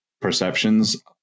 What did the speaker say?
perceptions